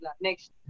next